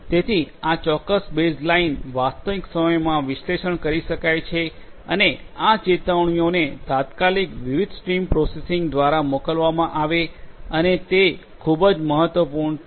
તેથી ચોક્કસ બેઝલાઇન વાસ્તવિક સમયમા વિશ્લેષણ કરી શકાય છે અને આ ચેતવણીઓને તાત્કાલિક વિવિધ સ્ટ્રીમ પ્રોસેસિંગ દ્વારા મોકલવા આવે અને જે ખૂબ જ મહત્વપૂર્ણ છે